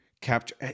capture